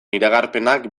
iragarpenak